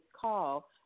call